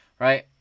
Right